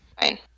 Fine